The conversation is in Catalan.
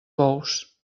bous